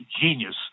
genius